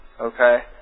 Okay